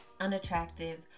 unattractive